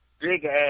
big-ass